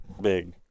Big